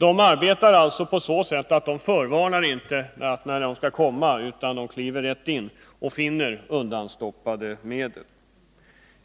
Man förvarnar alltså inte om att man kommer utan man kliver rätt in och finner undanstoppade medel.